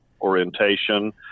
orientation